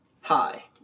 hi